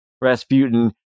Rasputin